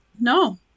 No